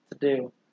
to-do